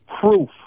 proof